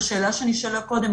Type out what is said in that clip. לשאלה שנשאלה קודם,